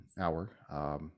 hour